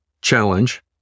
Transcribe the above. challenge